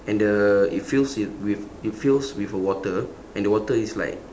and the it fills with with it fills with a water and the water is like